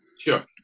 Sure